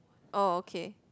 oh okay